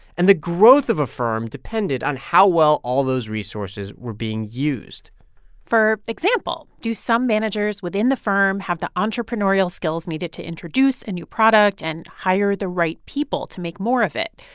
and the growth of a firm depended on how well all those resources were being used for example, do some managers within the firm have the entrepreneurial skills needed to introduce a new product and hire the right people to make more of it?